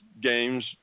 games